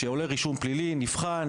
כשעולה רישום פלילי נבחן,